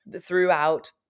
throughout